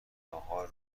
ها، نهار